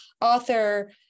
author